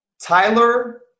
Tyler